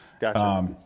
Gotcha